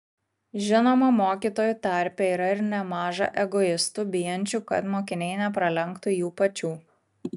žinoma mokytojų tarpe yra ir nemaža egoistų bijančių kad mokiniai nepralenktų jų pačių